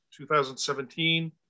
2017